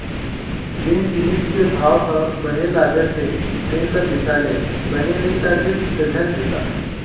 जेन जिनिस के भाव ह बने लागत हे तेन ल बिसा ले, बने नइ लागिस त झन बिसा